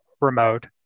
remote